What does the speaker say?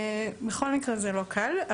בכל מקרה, זה לא קל.